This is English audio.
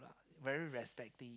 very respective